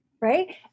Right